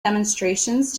demonstrations